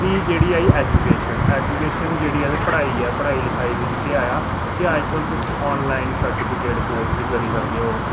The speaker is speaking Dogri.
फ्ही जेह्ड़ी आई एजूकेशन एजुकेशन पढ़ाई ऐ पढ़ाई लखाई बिच्च केह् आया कि अजकल्ल तुस आनलाइन सर्टिफिकेट कोर्स बी करी सकदे ओ